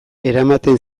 eramaten